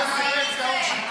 אסור לדבר מטאפורות.